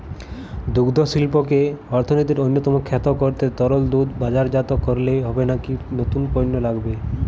দুগ্ধশিল্পকে অর্থনীতির অন্যতম খাত করতে তরল দুধ বাজারজাত করলেই হবে নাকি নতুন পণ্য লাগবে?